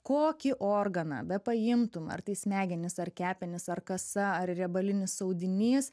kokį organą bepaimtum ar tai smegenys ar kepenys ar kasa ar riebalinis audinys